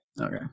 Okay